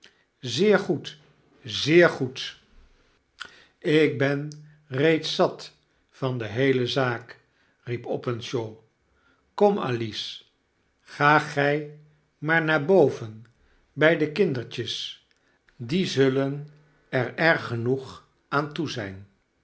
zeer goed zeer goed ik ben reeds zat van de heele zaak riep openshaw kom alice ga gij maar naar boven bij de kindertjes die zullen er erg genoeg aan toe zijn